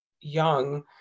young